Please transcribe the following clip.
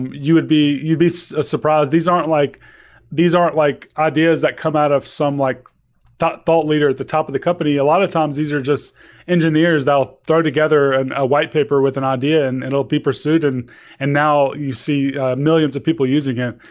you would be so ah surprised. these aren't like these aren't like ideas that come out of some like thought thought leader at the top of the company. a lot of times, these are just engineers that'll throw together and a white paper with an idea and it'll be pursued. and and now you see millions of people use again.